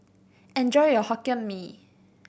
enjoy your Hokkien Mee